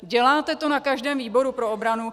Děláte to na každém výboru pro obranu.